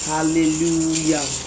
Hallelujah